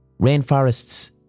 rainforests